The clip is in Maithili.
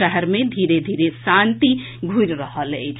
शहर मे धीरे धीरे शांति घूरि रहल अछि